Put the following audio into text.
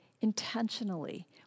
intentionally